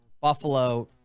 Buffalo